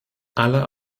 aller